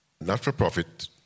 Not-for-Profit